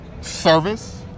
service